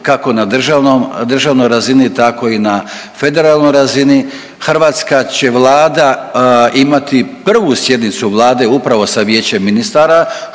državnom, državnoj razini tako i na federalnoj razini. Hrvatska će Vlada imati prvu sjednicu Vlade upravo sa Vijećem ministara